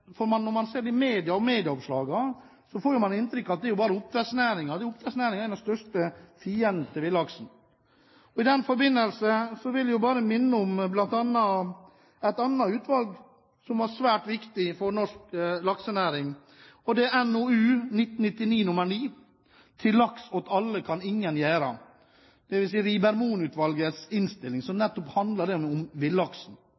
Når man ser medieoppslagene, får man inntrykk av at det er oppdrettsnæringen som er den største fienden til villaksen. I den forbindelse vil jeg bare minne om et annet utvalg som var svært viktig for norsk laksenæring. Det er Rieber-Mohn-utvalgets innstilling, NOU 1999: 9 «Til laks åt alle kan ingen gjera?», som